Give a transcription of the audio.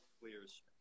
clears